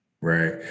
Right